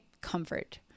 comfort